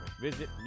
visit